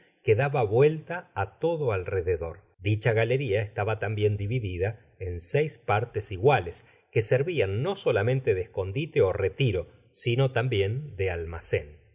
que daba vuelta á lodo alrededor dicha galeria estaba tambien dividida en seis partes iguales que servian no solamente de escondite ó retiro sino tambien de almacen